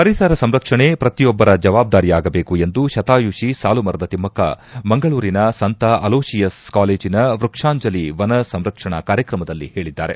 ಪರಿಸರ ಸಂರಕ್ಷಣೆ ಪ್ರತಿಯೊಬ್ಬರ ಜವಾಬ್ದಾರಿಯಾಗದೇಕು ಎಂದು ಶತಾಯುಷಿ ಸಾಲು ಮರದ ತಿಮ್ನಕ ಮಂಗಳೂರಿನ ಸಂತ ಅಲೋಶಿಯಸ್ ಕಾಲೇಜಿನಲ್ಲಿ ವೃಕ್ಷಾಂಜಲಿ ವನ ಸಂರಕ್ಷಣಾ ಕಾರ್ಯಕ್ರಮದಲ್ಲಿ ಹೇಳಿದ್ದಾರೆ